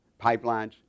pipelines